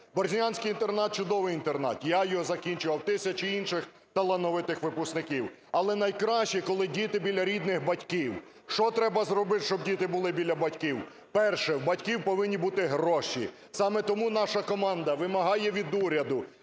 Борзнянський інтернат – чудовий інтернат. Я його закінчував, тисячі інших талановитих випускників. Але найкраще – коли діти біля рідних батьків. Що треба зробити, щоб діти були біля батьків? Перше, в батьків повинні бути гроші. Саме тому наша команда вимагає від уряду